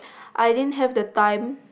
I didn't have the time